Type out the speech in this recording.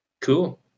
Cool